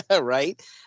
Right